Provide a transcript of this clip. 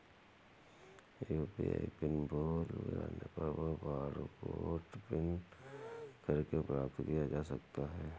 UPI PIN भूल जाने पर फ़ॉरगोट पिन करके प्राप्त किया जा सकता है